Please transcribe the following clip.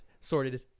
sorted